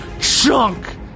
Chunk